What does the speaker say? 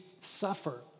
suffer